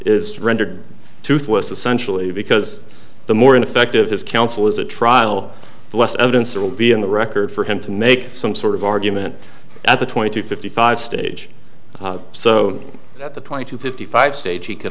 is rendered toothless essentially because the more ineffective his counsel is a trial the less evidence there will be on the record for him to make some sort of argument at the twenty to fifty five stage so that the twenty to fifty five stage he could